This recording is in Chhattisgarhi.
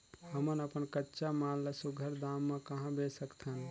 हमन अपन कच्चा माल ल सुघ्घर दाम म कहा बेच सकथन?